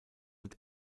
und